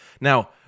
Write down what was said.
Now